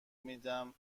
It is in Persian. میدم